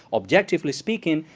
objectively speaking,